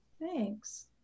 thanks